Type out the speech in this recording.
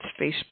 Facebook